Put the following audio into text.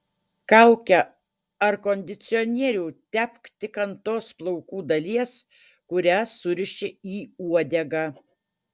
kaukę ar kondicionierių tepk tik ant tos plaukų dalies kurią suriši į uodegą